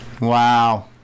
wow